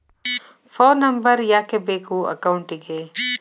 Phone number ಯಾಕೆ ಬೇಕು ಅಕೌಂಟಿಗೆ?